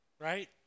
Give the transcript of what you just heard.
right